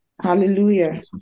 Hallelujah